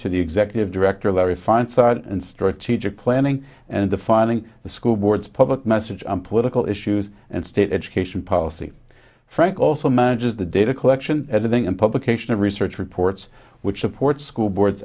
to the executive director laurie fine thought and strategic planning and defining the school boards public message political issues and state education policy frank also manages the data collection editing and publication of research reports which support school boards